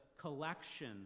collection